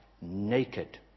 naked